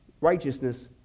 righteousness